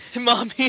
mommy